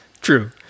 True